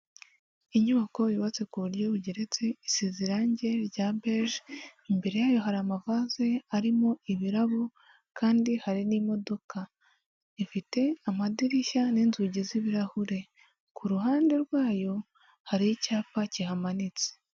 Inyubako yubatse ku buryo bugeretse isize irangi rya bege, imbere yayo hari amavaze arimo ibirabo kandi hari n'imodoka ifite amadirishya n'inzugi z'ibirahure; ku ruhande rwayo hariho icyapa kihamanitse.